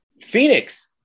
Phoenix